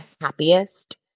happiest